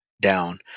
down